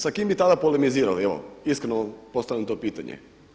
Sa kim bi tada polemizirali, evo iskreno vam postavljam to pitanje.